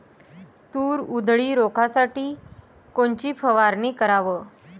तूर उधळी रोखासाठी कोनची फवारनी कराव?